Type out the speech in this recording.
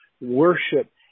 worship